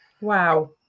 Wow